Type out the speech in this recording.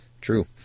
True